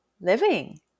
living